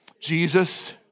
Jesus